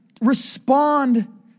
Respond